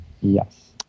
Yes